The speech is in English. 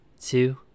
two